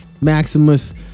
Maximus